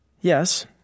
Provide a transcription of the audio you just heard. Yes